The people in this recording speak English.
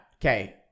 Okay